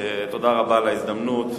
תודה רבה על ההזדמנות,